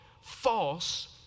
false